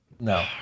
No